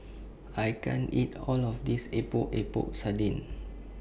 I can't eat All of This Epok Epok Sardin